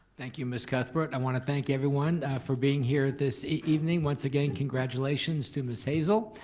thank you, miss cuthbert. i want to thank everyone for being here this evening. once again, congratulations to miss hazel,